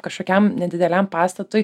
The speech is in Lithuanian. kažkokiam nedideliam pastatui